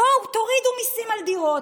בואו תורידו מיסים על דירות,